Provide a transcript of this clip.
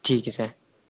ठीक है सर